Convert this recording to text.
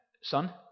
son